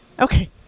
Okay